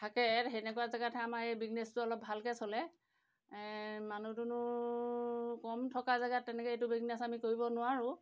থাকে সেনেকুৱা জেগাতহে আমাৰ এই বিজনেছটো অলপ ভালকৈ চলে মানুহ দুনুহ কম থকা জেগাত তেনেকৈ এইটো বিজনেচ আমি কৰিব নোৱাৰোঁ